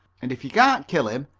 and if you can't kill him,